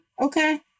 Okay